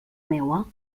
meua